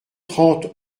trente